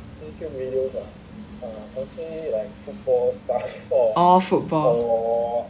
orh football